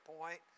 point